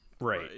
Right